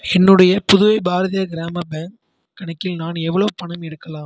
என்னுடைய புதுவை பாரதியார் கிராம பேங்க் கணக்கில் நான் எவ்வளோ பணம் எடுக்கலாம்